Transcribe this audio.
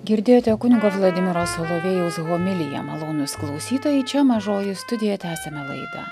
girdėjote kunigo vladimiro solovejaus homiliją malonūs klausytojai čia mažoji studija tęsiame laidą